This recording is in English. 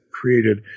created